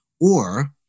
or-